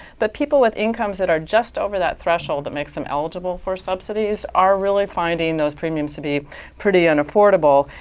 but people with incomes that are just over that threshold that makes them eligible for subsidies are really finding those premiums to be pretty unaffordable.